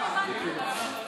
בוועדת החוץ והביטחון.